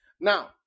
Now